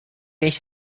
wenig